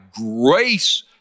grace